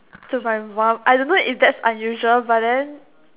to my mum I don't know if that unusual but then